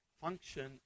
function